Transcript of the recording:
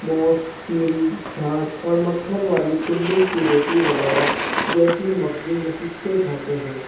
موز شیری چھاچھ اور مکھن والی گندم کی روٹی وغیرہ جیسی مغزی نششتیں کھاتے ہیں